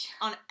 on